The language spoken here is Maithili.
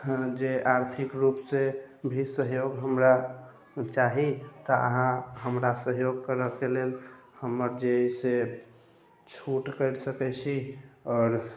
हँ जे आर्थिक रूपसँ भी सहयोग हमरा चाही तऽ अहाँ हमरा सहयोग करऽके लेल हमर जे अइ से छूट करि सकै छी आओर